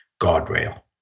guardrail